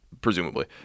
presumably